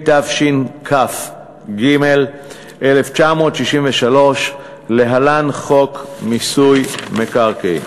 התשכ"ג 1963 (להלן: חוק מיסוי מקרקעין).